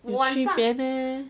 有区别 meh